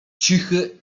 cichy